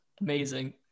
amazing